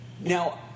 Now